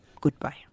Goodbye